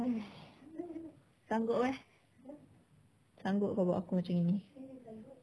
!hais! sanggup eh sanggup kau buat aku macam gini